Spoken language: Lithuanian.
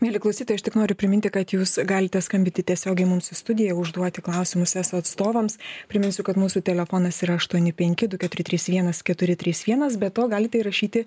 mieli klausytojai aš tik noriu priminti kad jūs galite skambinti tiesiogiai mums į studiją užduoti klausimus eso atstovams priminsiu kad mūsų telefonas yra aštuoni penki du keturi trys vienas keturi trys vienas be to galite ir rašyti